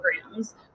programs